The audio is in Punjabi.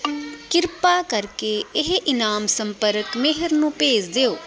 ਕ੍ਰਿਪਾ ਕਰਕੇ ਇਹ ਇਨਾਮ ਸੰਪਰਕ ਮੇਹਰ ਨੂੰ ਭੇਜ ਦਿਉ